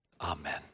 amen